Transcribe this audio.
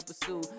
pursue